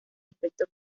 aspecto